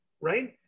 right